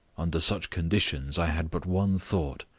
under such conditions i had but one thought.